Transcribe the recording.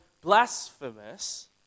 blasphemous